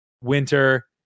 winter